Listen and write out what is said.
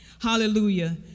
Hallelujah